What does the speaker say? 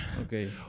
Okay